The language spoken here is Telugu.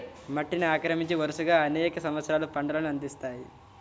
మట్టిని ఆక్రమించి, వరుసగా అనేక సంవత్సరాలు పంటలను అందిస్తాయి